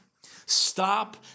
Stop